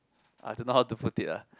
I don't know how to put it lah